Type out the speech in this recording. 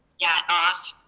yeah, off,